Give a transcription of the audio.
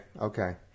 okay